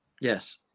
Yes